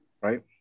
right